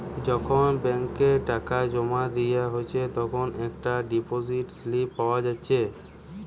যখন ব্যাংকে টাকা জোমা দিয়া হচ্ছে তখন একটা ডিপোসিট স্লিপ পাওয়া যাচ্ছে